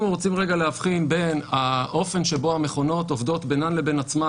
אנחנו רוצים להבחין בין האופן שבו המכונות עובדות בינן לבין עצמן